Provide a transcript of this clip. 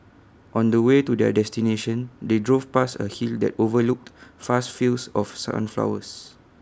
on the way to their destination they drove past A hill that overlooked vast fields of sunflowers